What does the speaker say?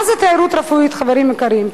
מה זה תיירות רפואית, חברים יקרים?